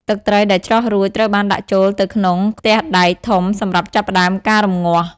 ទឹកត្រីដែលច្រោះរួច ត្រូវបានដាក់ចូលទៅក្នុង ខ្ទះដែក ធំសម្រាប់ចាប់ផ្តើមការរំងាស់។